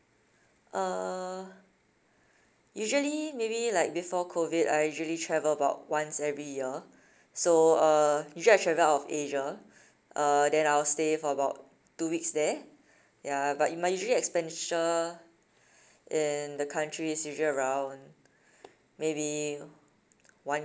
uh usually maybe like before COVID I usually travel about once every year so uh usually I travel out of asia uh then I'll stay for about two weeks there ya but in my usually expenditure in the country is usually around maybe one